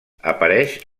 apareix